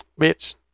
bitch